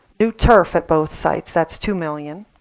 new turf at both sites, that's two million.